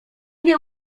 nie